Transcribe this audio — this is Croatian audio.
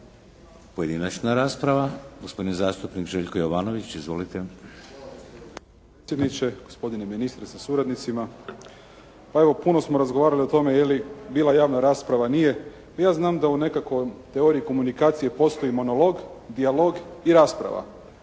Pojedinačna rasprava. Gospodin zastupnik Željko Jovanović. Izvolite. **Jovanović, Željko (SDP)** Hvala gospodine potpredsjedniče, gospodine ministre sa suradnicima. Pa evo puno smo razgovarali o tome je li bila javna rasprava, nije? Ja znam da u nekakvoj teoriji komunikacije postoji monolog, dijalog i rasprava.